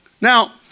Now